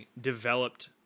developed